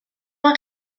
ond